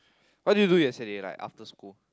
why did you do yesterday like after school